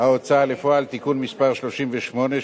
ההוצאה לפועל (תיקון מס' 38),